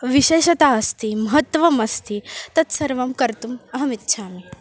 विशेषता अस्ति महत्त्वम् अस्ति तत्सर्वं कर्तुम् अहम् इच्छामि